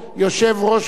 הנמצא כאן.